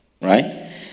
right